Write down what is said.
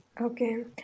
Okay